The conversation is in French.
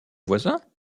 voisin